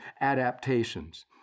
adaptations